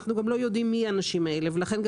אנחנו גם לא יודעים מי האנשים האלה ולכן גם